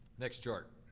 next chart,